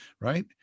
Right